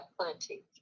plenty